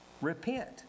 Repent